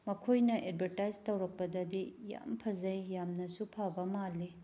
ꯃꯈꯣꯏꯅ ꯑꯦꯗꯚꯔꯇꯥꯏꯁ ꯇꯧꯔꯛꯄꯗꯗꯤ ꯌꯥꯝ ꯐꯖꯩ ꯌꯥꯝꯅꯁꯨ ꯐꯕ ꯃꯥꯜꯂꯤ